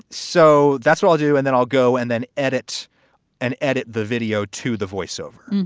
so that's what i'll do. and then i'll go and then edit and edit the video to the voiceover.